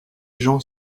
gens